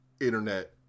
internet